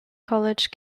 college